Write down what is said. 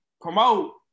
promote